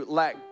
let